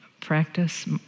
practice